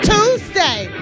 Tuesday